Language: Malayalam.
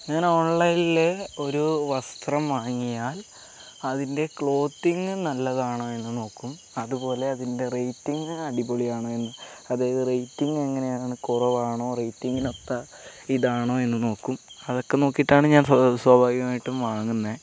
ഞാൻ ഓൺലൈനിൽ ഒരു വസ്ത്രം വാങ്ങിയാൽ അതിൻ്റെ ക്ലോത്തിങ് നല്ലതാണോ എന്ന് നോക്കും അതുപോലെ അതിൻ്റെ റേറ്റിങ് അടിപൊളിയാണോ എന്ന് അതായത് റേറ്റിങ് എങ്ങനെയാണ് കുറവാണോ റേറ്റിങ്ങിനൊത്ത ഇതാണോ എന്ന് നോക്കും അതൊക്കെ നോക്കിയിട്ടാണ് ഞാൻ സ്വാഭാവികമായിട്ടും വാങ്ങുന്നത്